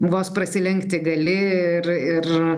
vos prasilenkti gali ir ir